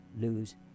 lose